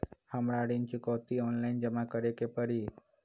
हमरा ऋण चुकौती ऑनलाइन जमा करे के परी?